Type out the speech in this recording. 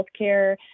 healthcare